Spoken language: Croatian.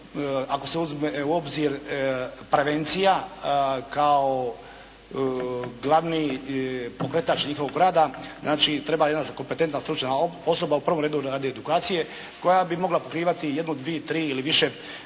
ako se uzme u obzir prevencija kao glavni pokretač njihovog rada. Znači treba jedna kompetentna stručna osoba u prvom redu radi edukacije, koja bi mogla pokrivati jednu, dvije, tri ili više udruga